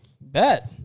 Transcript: Bet